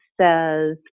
says